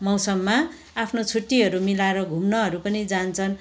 मौसममा आफ्नो छुट्टीहरू मिलाएर घुम्नहरू पनि जान्छन्